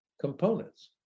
components